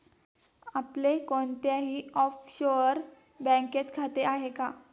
आपले कोणत्याही ऑफशोअर बँकेत खाते आहे का?